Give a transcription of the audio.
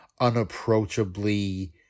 unapproachably